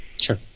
Sure